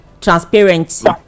transparency